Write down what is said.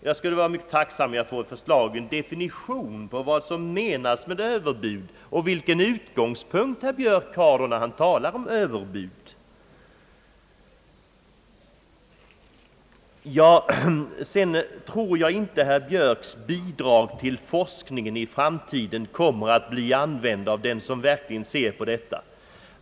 Jag vore mycket tacksam om jag finge en definition på vad som menas med överbud och vilken utgångspunkt herr Björk har när han talar om överbud. Sedan tror jag inte att herr Björks bidrag till forskningen i framtiden kommer att bli använt av den som verkligen vill studera dessa problem.